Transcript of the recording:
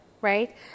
right